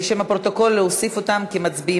לפרוטוקול, להוסיף אותם כמצביעים